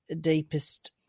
deepest